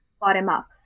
bottom-up